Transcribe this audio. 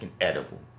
edible